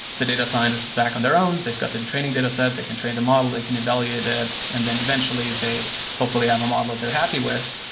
the data scientist is back on their own. they've got the training dataset. they can train the model. they can evaluate it, and then eventually they hopefully have a model that they're happy with,